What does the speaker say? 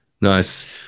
Nice